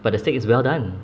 but the steak is well done